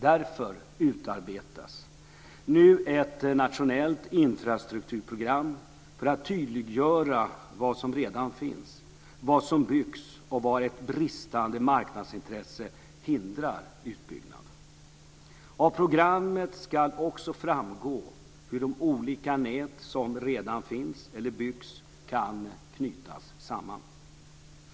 Därför utarbetas nu ett nationellt infrastrukturprogram för att tydliggöra vad som redan finns, vad som byggs och var ett bristande marknadsintresse hindrar utbyggnad. Av programmet ska också framgå hur de olika nät som redan finns eller byggs kan knytas samman.